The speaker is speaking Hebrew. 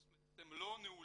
זאת אומרת שאתם לא נעולים